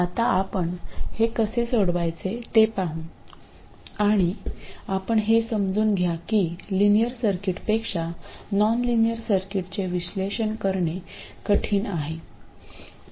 आता आपण हे कसे सोडवायचे ते पाहू आणि आपण हे समजून घ्या की लिनियर सर्किटपेक्षा नॉनलाइनर सर्किट्सचे विश्लेषण करणे कठीण आहे